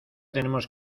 tenemos